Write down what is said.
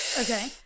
Okay